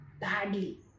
badly